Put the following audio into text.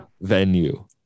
venue